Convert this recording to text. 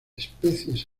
especies